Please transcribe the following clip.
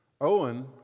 Owen